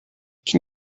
can